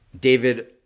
David